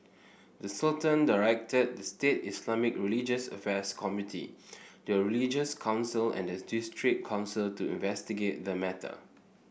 the Sultan directed the state Islamic religious affairs committee the religious council and the district council to investigate the matter